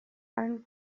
allen